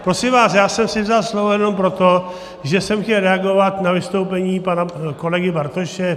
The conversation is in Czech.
Prosím vás, já jsem si vzal slovo jenom proto, že jsem chtěl reagovat na vystoupení pana kolegy Bartoše.